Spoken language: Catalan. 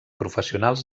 professionals